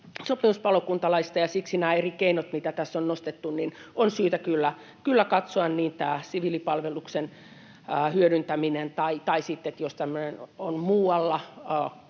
sopimuspalokuntalaisista, ja siksi nämä eri keinot, mitä tässä on nostettu, on syytä kyllä katsoa: niin siviilipalveluksen hyödyntäminen kuin sitten se,